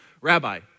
Rabbi